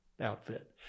outfit